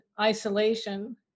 isolation